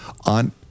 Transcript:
on